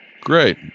Great